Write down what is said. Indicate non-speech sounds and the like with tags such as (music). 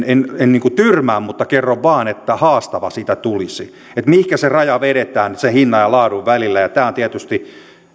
(unintelligible) en en tyrmää mutta kerron vain että haastavaa siitä tulisi mihinkä se raja vedetään sen hinnan ja laadun välillä